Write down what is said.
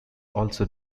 also